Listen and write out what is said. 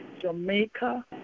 Jamaica